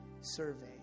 survey